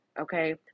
okay